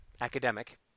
academic